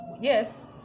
yes